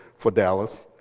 for dallas.